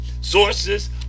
sources